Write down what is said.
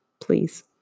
please